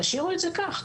תשאירו את זה כך.